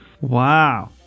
Wow